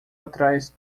atrás